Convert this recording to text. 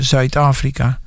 Zuid-Afrika